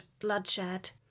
bloodshed